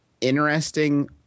interesting